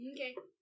Okay